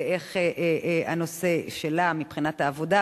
גם מבחינת העבודה.